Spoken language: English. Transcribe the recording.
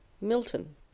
Milton